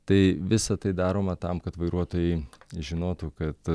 tai visa tai daroma tam kad vairuotojai žinotų kad